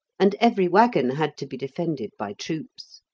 and every waggon had to be defended by troops.